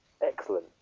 Excellent